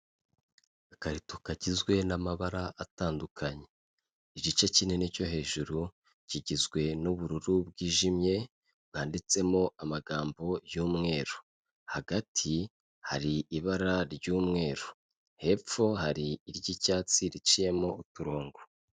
Agakarito kagizwe n'amabara atandukanye. Igice kinini cyo hejuru kigizwe n'ubururu bwijimye bwanditsemo amagambo y'umweru, hagati hari ibara ry'umweru, hepfo hari iry'icyatsi riciyemo uturongo.